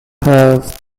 have